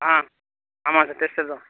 ஆ ஆமாம் sir tester தான்